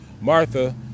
Martha